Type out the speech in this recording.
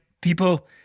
people